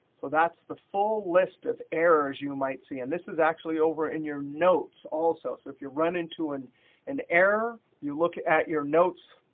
so that's the full list of errors you might see. and this is actually over in your notes also. so if you run into an an error, you look at your notes.